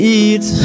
eat